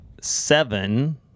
seven